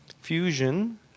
fusion